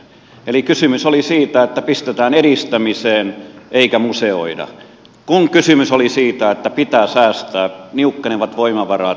eli kysymys oli siitä että pistetään edistämiseen eikä museoida kun kysymys oli siitä että pitää säästää niukkenevat voimavarat